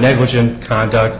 negligent conduct